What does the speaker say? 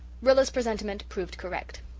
rilla's presentiment proved correct.